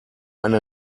eine